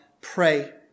pray